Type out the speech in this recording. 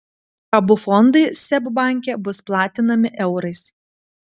abu fondai seb banke bus platinami eurais